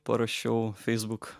parašiau facebook